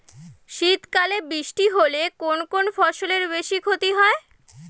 শীত কালে বৃষ্টি হলে কোন কোন ফসলের বেশি ক্ষতি হয়?